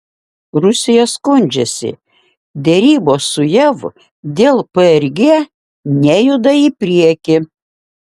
rusija skundžiasi derybos su jav dėl prg nejuda į priekį